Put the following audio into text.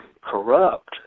corrupt